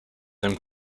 them